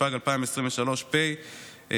התשפ"ג 2023 פ/2156/25,